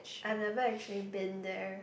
I've never actually been there